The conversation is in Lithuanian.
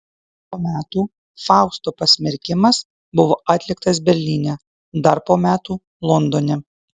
po metų fausto pasmerkimas buvo atliktas berlyne dar po metų londone